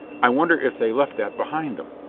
i wonder if they left that behind them?